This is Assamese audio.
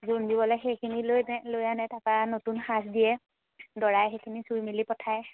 জোৰোণ দিবলৈ সেইখিনি লৈ লৈ আনে তাৰ পৰা নতুন সাজ দিয়ে দৰাই সেইখিনি চুই মেলি পঠায়